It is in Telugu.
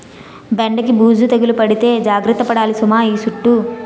బెండకి బూజు తెగులు పడితే జాగర్త పడాలి సుమా ఈ సుట్టూ